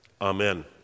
Amen